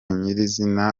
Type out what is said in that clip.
nyir’izina